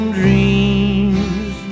dreams